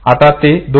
आता ते 2